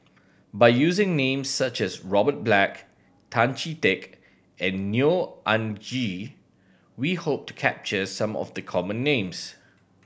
by using names such as Robert Black Tan Chee Teck and Neo Anngee we hope to capture some of the common names